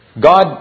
God